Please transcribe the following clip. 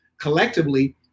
collectively